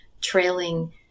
trailing